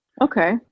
okay